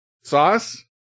Sauce